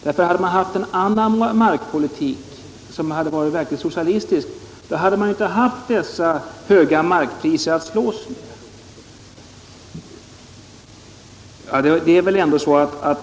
Om det i stället förts en verkligt socialistisk markpolitik hade man inte haft dessa höga markpriser att slåss med.